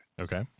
Okay